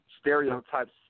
stereotypes